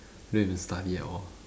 never even study at all